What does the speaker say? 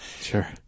Sure